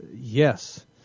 Yes